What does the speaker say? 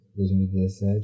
2017